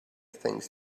things